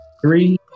Three